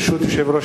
ברשות יושב-ראש